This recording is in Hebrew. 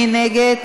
מי נגד?